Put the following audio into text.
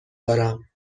دارم